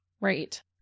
Right